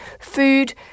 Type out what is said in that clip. food